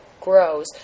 grows